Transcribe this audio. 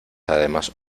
además